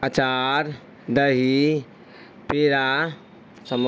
اچار دہی پیڑا